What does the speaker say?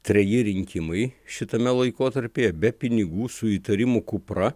treji rinkimai šitame laikotarpyje be pinigų su įtarimų kupra